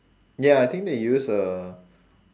ya I think they use uh